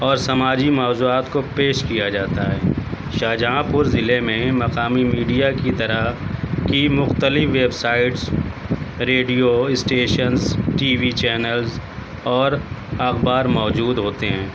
اور سماجی موضوعات کو پیش کیا جاتا ہے شاہجہاں پور ضلعے میں مقامی میڈیا کی طرح کی مختلف web sites radio stations TV channels اور اخبار موجود ہوتے ہیں